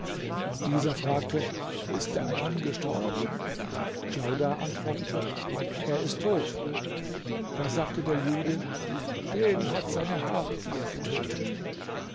dieser fragte ist der mann gestorben djaudar antwortete er ist tot da sagte der jude den hat seine habgier getötet